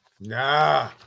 Nah